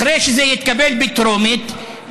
אחרי שזה יתקבל בטרומית,